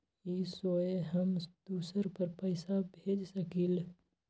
इ सेऐ हम दुसर पर पैसा भेज सकील?